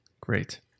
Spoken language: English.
Great